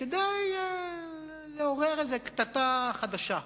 כדי לעורר איזו קטטה חדשה.